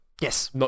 Yes